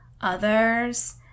others